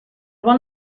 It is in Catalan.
bon